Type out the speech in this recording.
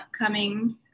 upcoming